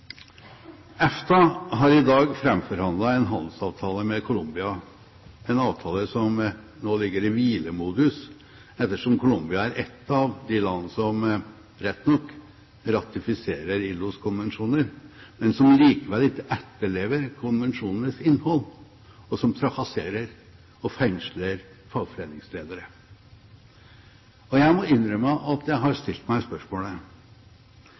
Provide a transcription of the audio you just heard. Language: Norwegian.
EFTA har i dag framforhandlet en handelsavtale med Colombia – en avtale som nå ligger i hvilemodus ettersom Colombia er ett av de land som rett nok ratifiserer ILOs konvensjoner, men som likevel ikke etterlever konvensjonenes innhold, og som trakasserer og fengsler fagforeningsledere. Jeg må innrømme jeg har stilt meg spørsmålet: